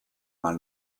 mal